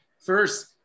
first